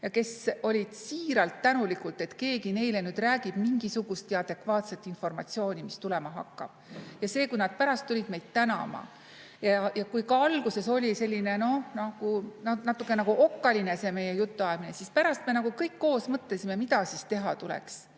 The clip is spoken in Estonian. nad olid siiralt tänulikud, et keegi neile räägib mingisugustki adekvaatset informatsiooni, mis tulema hakkab. Ja see, kui nad pärast tulid meid tänama. Kui alguses oli selline noh, nagu natuke okkaline see meie jutuajamine, siis pärast me kõik koos mõtlesime, mida siis teha tuleks.